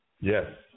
Yes